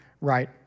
right